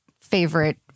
favorite